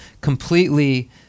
completely